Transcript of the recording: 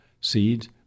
seeds